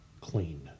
Clean